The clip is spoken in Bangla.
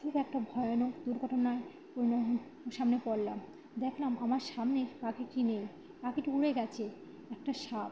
খুব একটা ভয়ানক দুর্ঘটনার সামনে পড়লাম দেখলাম আমার সামনে পাখিটি নেই পাখিটি উড়ে গিয়েছে একটা সাপ